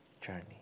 journey